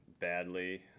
badly